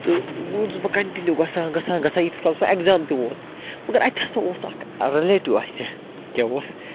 تہٕ بہٕ کَنٛٹِنیوٗ گژھان گژھان گژھان ییٖتِس کال وۄنۍ اٮ۪کزام تہِ ووت مگر اَتہِ ہَسا اوس اَکھ رِلیٚٹِو آسہِ کیٛاہ اوس